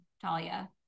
Talia